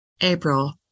April